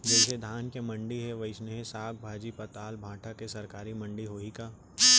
जइसे धान के मंडी हे, वइसने साग, भाजी, पताल, भाटा के सरकारी मंडी होही का?